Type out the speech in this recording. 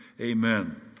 amen